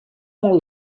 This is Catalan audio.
molt